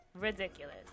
Ridiculous